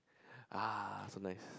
ah so nice